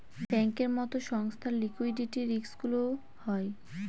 ব্যাঙ্কের মতো সংস্থার লিকুইডিটি রিস্কগুলোও হয়